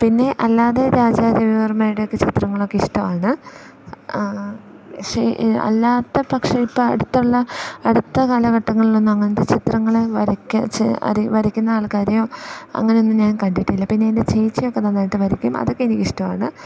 പിന്നെ അല്ലാതെ രാജാ രവിവർമ്മയുടെയൊക്കെ ചിത്രങ്ങളൊക്കെ ഇഷ്ടമാണ് പക്ഷെ അല്ലാത്ത പക്ഷേ ഇപ്പം അടുത്തുള്ള അടുത്ത കാലഘട്ടങ്ങളിലൊന്നും അങ്ങനത്തെ ചിത്രങ്ങൾ വരയ്ക്കുന്ന ആൾക്കാരെയോ അങ്ങനെയൊന്നും ഞാൻ കണ്ടിട്ടില്ല പിന്നെ എൻ്റെ ചേച്ചിയൊക്കെ നന്നായിട്ട് വരയ്ക്കും അതൊക്കെ എനിക്ക് ഇഷ്ടമാണ്